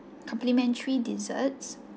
complimentary desserts